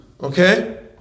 Okay